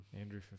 Andrew